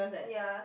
ya